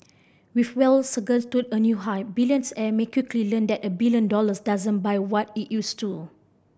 with wealth to a new high may quickly learn that a billion dollars doesn't buy what it used to